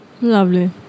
lovely